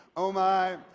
oh my,